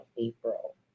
April